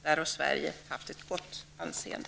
Där har Sverige haft ett gott anseende.